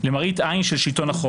למראית עין של שלטון החוק.